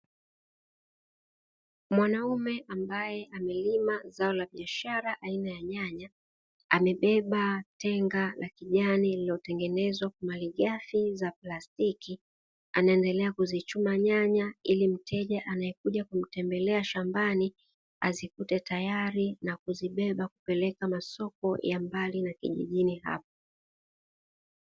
Mwanaume ambaye amelima zao la biashara aina ya nyanya amebeba tenga la kijani lililotengenezwa kwa malighafi za plastiki, anaendelea kuzichuma nyanya ili mteja anayekuja kumtembelea shambani azikute tayari na kuzibeba kupeleka masoko ya mbali na kijijini hapo.